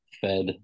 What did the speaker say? fed